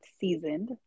seasoned